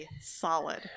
solid